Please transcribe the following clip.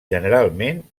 generalment